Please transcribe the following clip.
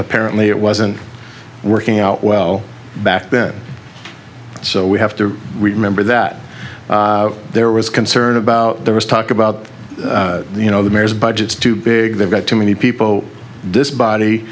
apparently it wasn't working out well back then so we have to remember that there was concern about there was talk about you know the mayor's budgets too big they've got too many people this body